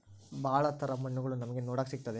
ಭಾಳ ತರ ಮಣ್ಣುಗಳು ನಮ್ಗೆ ನೋಡಕ್ ಸಿಗುತ್ತದೆ